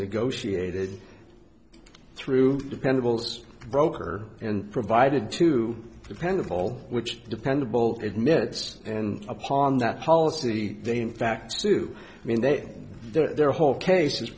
negotiated through dependable broker and provided to dependable which depend both admits and upon that policy they in fact to mean that their whole case is